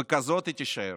וכזאת היא תישאר.